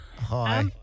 hi